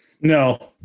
No